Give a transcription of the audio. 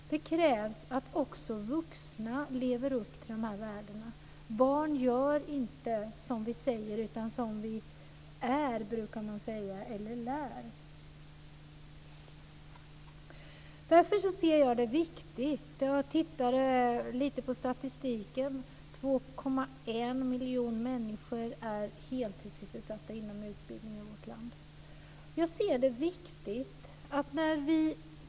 Det krävs att också vuxna lever upp till dessa värden. Barn gör inte som vi säger utan som vi är, brukar man säga, eller lär. Jag tittade lite grann på statistiken. 2,1 miljoner människor är heltidssysselsatta inom utbildningen i vårt land.